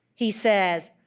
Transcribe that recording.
he says,